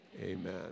Amen